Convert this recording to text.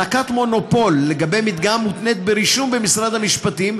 מתן מונופול למדגם מותנה ברישום במשרד המשפטים,